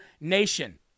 Nation